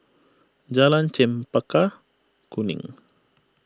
Jalan Chempaka Kuning